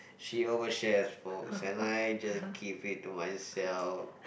she over shares for so and I just give it to myself